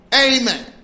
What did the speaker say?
Amen